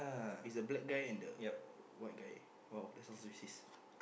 is a black guy and the white guy !wow! that sounds racist